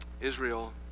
Israel